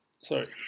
sorry